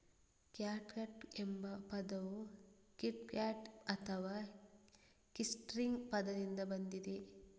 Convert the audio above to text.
catgut ಎಂಬ ಪದವು kitgut ಅಥವಾ ಕಿಟ್ಸ್ಟ್ರಿಂಗ್ ಪದದಿಂದ ಬಂದಿದೆ